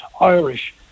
Irish